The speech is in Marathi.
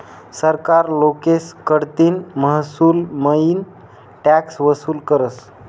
सरकार लोकेस कडतीन महसूलमईन टॅक्स वसूल करस